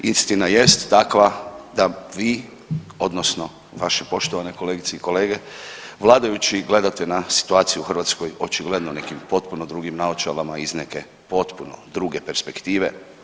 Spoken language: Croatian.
Istina jest takva da vi odnosno vaše poštovane kolegice i kolege vladajući gledate na situaciju u Hrvatskoj očigledno nekim potpuno drugim naočalama iz neke potpuno druge perspektive.